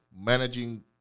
managing